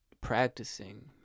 practicing